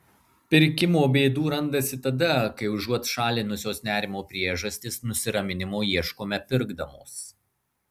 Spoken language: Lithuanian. pirkimo bėdų randasi tada kai užuot šalinusios nerimo priežastis nusiraminimo ieškome pirkdamos